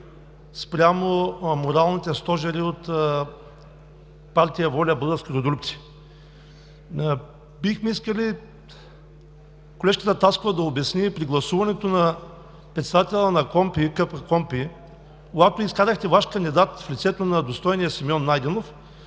спрямо моралните стожери от партия „ВОЛЯ – Българските Родолюбци“. Бихме искали колежката Таскова да обясни при гласуването на председателя на КПКОНПИ, когато изкарахте Ваш кандидат в лицето на достойния Симеон Найденов,